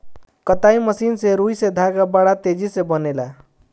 कताई मशीन से रुई से धागा बड़ा तेजी से बनेला